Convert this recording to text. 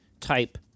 type